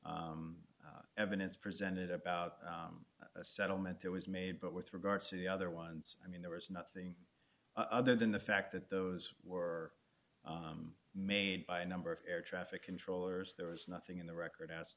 was evidence presented about a settlement that was made but with regard to the other ones i mean there was nothing other than the fact that those were made by a number of air traffic controllers there was nothing in the record asked